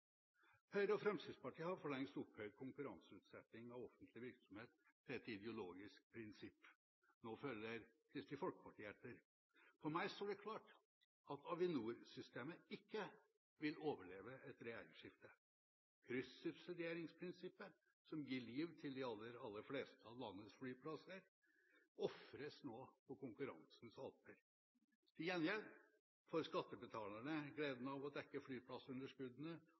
Høyre og Fremskrittspartiet har for lengst opphøyet konkurranseutsetting av offentlig virksomhet til et ideologisk prinsipp. Nå følger Kristelig Folkeparti etter. For meg står det klart at Avinor-systemet ikke vil overleve et regjeringsskifte. Kryssubsidieringsprinsippet, som gir liv til de aller fleste av landets flyplasser, ofres nå på konkurransens alter. Til gjengjeld får enten skattebetalerne gleden av å dekke flyplassunderskuddene